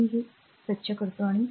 तर मी हे स्वच्छ करते बरोबर